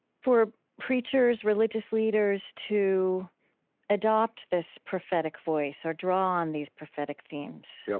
for preachers, religious leaders, to adopt this prophetic voice or draw on these prophetic themes. yeah